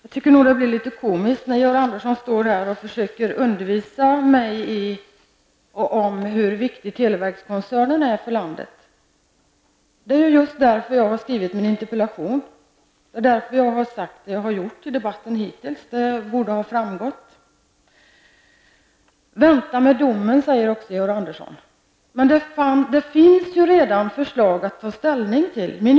Herr talman! Jag tycker nog att det hela blir litet komiskt när Georg Andersson här försöker undervisa mig om hur viktig televerkskoncernen är för landet. Men det är ju just det som har föranlett min interpellation och det är just därför som jag har uttalat mig som jag har gjort i debatten hittills. Det borde ha framgått. Vänta med domen, säger Georg Andersson. Men det finns ju redan förslag att ta ställning till.